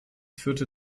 führte